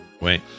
wait